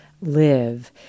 live